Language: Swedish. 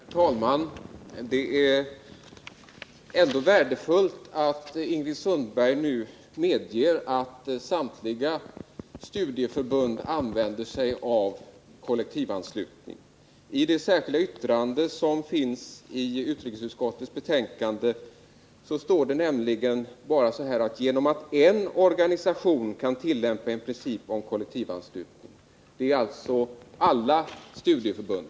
Herr talman! Det är ändå värdefullt att Ingrid Sundberg nu medger att samtliga studieförbund använder sig av kollektivanslutning. I det särskilda yttrande som moderaterna har i utrikesutskottets betänkande står det nämligen: ”Genom att en organisation kan tillämpa en princip om kollektivanslutning -—--.” Det gäller således alla studieförbund.